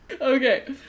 Okay